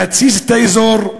להתסיס את האזור,